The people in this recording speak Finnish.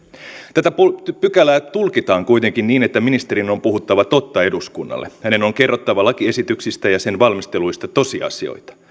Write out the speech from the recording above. tätä pykälää tulkitaan kuitenkin niin että ministerin on puhuttava totta eduskunnalle hänen on kerrottava lakiesityksistä ja niiden valmisteluista tosiasioita